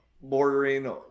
bordering